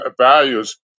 values